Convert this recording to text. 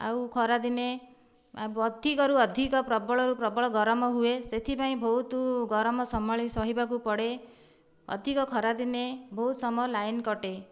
ଆଉ ଖରାଦିନେ ଅଧିକରୁ ଅଧିକ ପ୍ରବଳରୁ ପ୍ରବଳ ଗରମ ହୁଏ ସେଥିପାଇଁ ବହୁତ ଗରମ ସମ୍ଭାଳି ସହିବାକୁ ପଡ଼େ ଅଧିକ ଖରା ଦିନେ ବହୁତ ସମୟ ଲାଇନ କଟେ